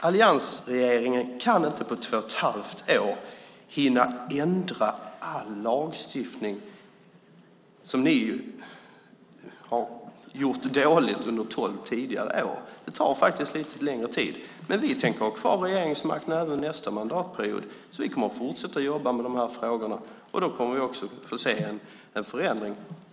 Alliansregeringen kan inte på två och ett halvt år hinna ändra all lagstiftning som ni har gjort dåligt under tolv tidigare år. Det tar faktiskt lite längre tid. Men vi tänker ha kvar regeringsmakten även nästa mandatperiod, så vi kommer att fortsätta att jobba med de här frågorna. Då kommer vi också att få se en förändring.